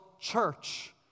church